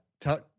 Tell